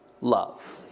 love